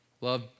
love